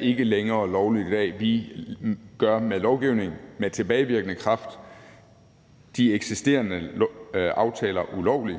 ikke længere er lovligt i dag. Vi gør via lovgivning med tilbagevirkende kraft de eksisterende aftaler ulovlige.